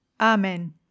Amen